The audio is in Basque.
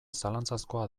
zalantzazkoa